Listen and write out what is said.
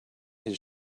his